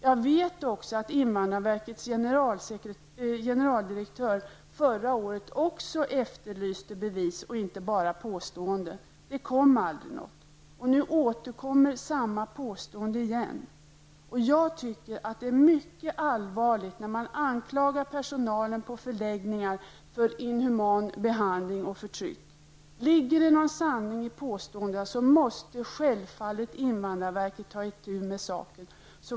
Jag vet också att invandrarverkets generaldirektör förra året efterlyste bevis och inte bara påståenden. Det kom aldrig något bevis. Nu återkommer samma påstående. Jag tycker att det är mycket allvarligt att anklaga personalen i förläggningar för inhuman behandling och förtryck. Ligger det någon sanning i påståendena, måste självfallet invandrarverket ta itu med saken.